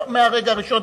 מהרגע הראשון,